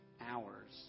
hours